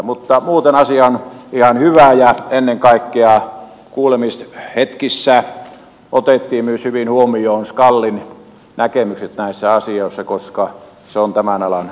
mutta muuten asia on ihan hyvä ja ennen kaikkea kuulemishetkissä otettiin hyvin huomioon myös skalin näkemys näissä asioissa koska se on tämän alan asiantuntija